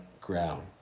ground